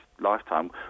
lifetime